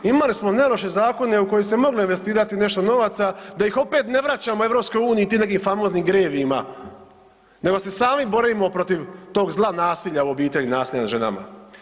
Imali smo neloše zakone u koje se moglo investirati nešto novaca da ih opet ne vraćamo EU tim nekih famoznim GREVIO-ima, nego se sami borimo protiv tog zla nasilja u obitelji, nasilja nad ženama.